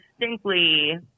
distinctly